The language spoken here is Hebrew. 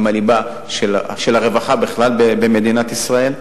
הם הליבה של הרווחה בכלל במדינת ישראל.